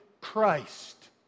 Christ